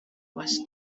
was